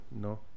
no